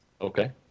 Okay